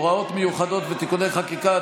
מיוחדות ותיקוני חקיקה),